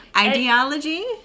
Ideology